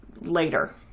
later